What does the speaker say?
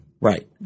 Right